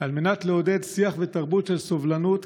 על מנת לעודד שיח ותרבות של סובלנות,